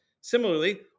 Similarly